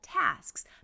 tasks